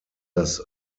das